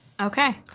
Okay